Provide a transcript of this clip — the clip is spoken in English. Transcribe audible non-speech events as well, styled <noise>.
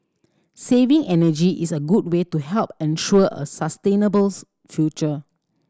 saving energy is a good way to help ensure a sustainable <unintelligible> future